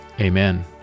Amen